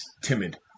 Timid